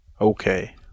Okay